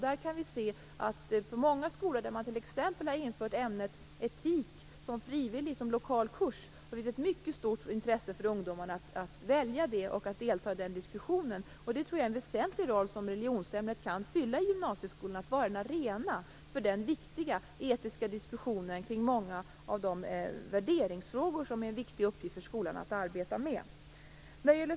Vi kan se att det på många skolor där man t.ex. har infört ämnet etik som lokal kurs finns ett mycket stort intresse från ungdomarna att välja det och att delta i den diskussionen. Det tror jag är en väsentlig roll som religionsämnet kan fylla i gymnasieskolan, att vara en arena för den viktiga etiska diskussionen kring många av de värderingsfrågor som det är en viktig uppgift för skolan att arbeta med.